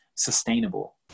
sustainable